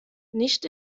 nicht